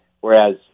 whereas